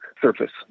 surface